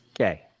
okay